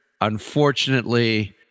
unfortunately